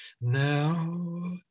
Now